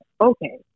Okay